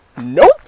Nope